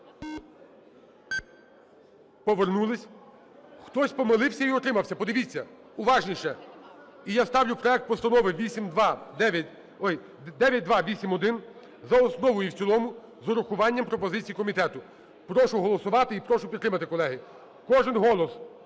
Повернулись. Хтось помилився і утримався, подивіться. Уважніше. І я ставлю проект постанови 9281 за основу і в цілому з урахуванням пропозицій комітету. Прошу голосувати і прошу підтримати, колеги. Кожен голос